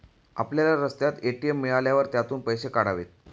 आपल्याला रस्त्यात ए.टी.एम मिळाल्यावर त्यातून पैसे काढावेत